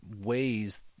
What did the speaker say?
ways